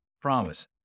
Promise